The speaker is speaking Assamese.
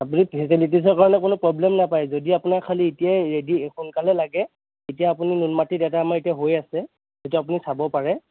আপুনি ফেছেলিটীছৰ কাৰণে কোনো প্ৰৱ্লেম নাপাই যদি আপোনাৰ খালী এতিয়াই ৰেডী সোনকালে লাগে তেতিয়া আপুনি নুনমাটিত এটাৰ আমাৰ এতিয়া হৈ আছে সেইটো আপুনি চাব পাৰে